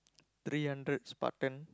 three hundred Spartan